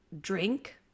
drink